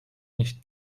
nicht